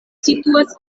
situas